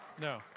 No